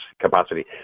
capacity